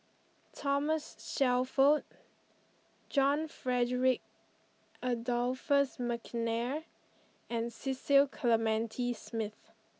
Thomas Shelford John Frederick Adolphus McNair and Cecil Clementi Smith